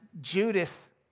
Judas